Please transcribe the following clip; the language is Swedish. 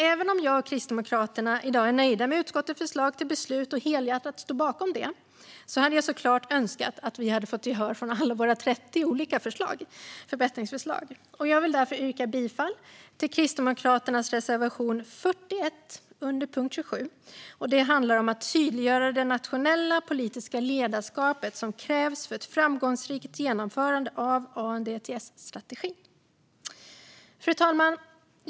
Även om jag och Kristdemokraterna i dag är nöjda med utskottets förslag till beslut och helhjärtat står bakom det hade jag såklart önskat att vi hade fått gehör för alla våra 30 olika förbättringsförslag. Jag vill därför yrka bifall till Kristdemokraternas reservation 41 under punkt 27, som handlar om att tydliggöra det nationella politiska ledarskap som krävs för ett framgångsrikt genomförande av ANDTS-strategin. Fru talman!